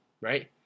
right